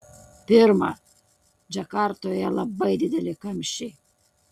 pirma džakartoje labai dideli kamščiai